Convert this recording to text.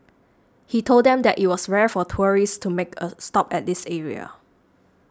he told them that it was rare for tourists to make a stop at this area